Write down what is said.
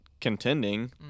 contending